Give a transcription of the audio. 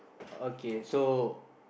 okay so